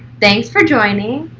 thanks for joining.